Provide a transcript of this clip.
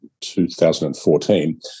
2014